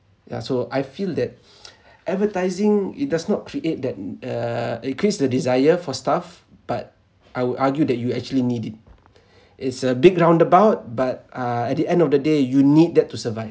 yeah so I feel that advertising it does not create that uh it creates the desire for stuff but I would argue that you actually need it it's a big roundabout but uh at the end of the day you need that to survive